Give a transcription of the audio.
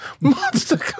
monster